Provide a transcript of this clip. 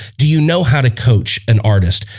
do you know how to coach an artist?